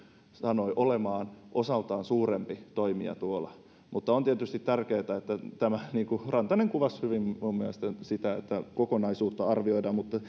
sanoi olemaan osaltaan suurempi toimija tuolla mutta on tietysti tärkeätä niin kuin rantanen minun mielestäni kuvasi hyvin sitä että kokonaisuutta arvioidaan mutta